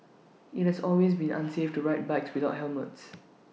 IT has always been unsafe to ride bikes without helmets